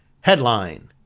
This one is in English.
Headline